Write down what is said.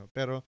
Pero